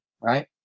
right